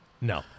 No